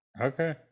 Okay